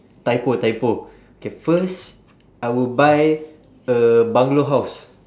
typo typo K first I will buy a bungalow house